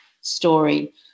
story